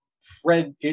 Fred